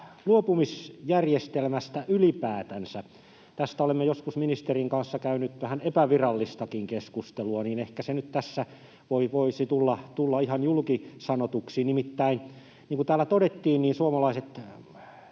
luopumisjärjestelmästä ylipäätänsä. Tästä olen joskus ministerin kanssa käynyt vähän epävirallistakin keskustelua, ja ehkä se nyt tässä voisi tulla ihan julki sanotuksi. Nimittäin, niin kuin täällä todettiin, suomalaiset